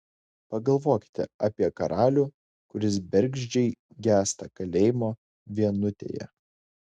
pagalvokite apie karalių kuris bergždžiai gęsta kalėjimo vienutėje